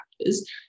factors